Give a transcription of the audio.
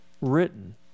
written